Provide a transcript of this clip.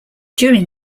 during